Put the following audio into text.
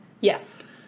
Yes